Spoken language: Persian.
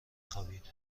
خوابید